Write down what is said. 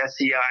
SEI